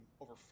over